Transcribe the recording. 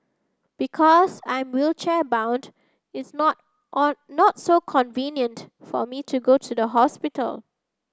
because I'm wheelchair bound it's not on not so convenient for me to go to the hospital